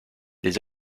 les